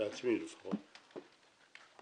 לעצמי לפחות.